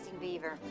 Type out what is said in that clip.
beaver